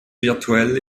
virtuell